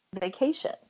vacation